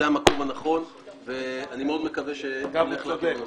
זה המקום הנכון ואני מאוד מקווה שתלך לכיוון הזה.